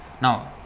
Now